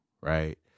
right